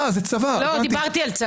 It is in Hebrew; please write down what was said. מה קורה כאן?